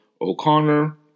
O'Connor